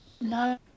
No